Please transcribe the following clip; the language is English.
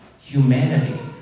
humanity